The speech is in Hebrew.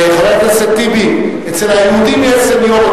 חבר הכנסת טיבי, אצל היהודים יש seniority.